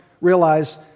realize